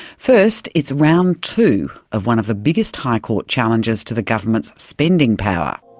first, it's round two of one of the biggest high court challenges to the government's spending power.